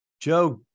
Joe